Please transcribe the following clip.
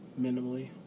Minimally